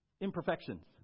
imperfections